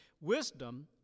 wisdom